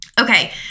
Okay